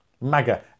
MAGA